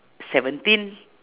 seventeen